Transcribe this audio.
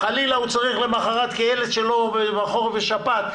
חלילה הוא צריך למוחרת כי הילד שלו עם חום ושפעת,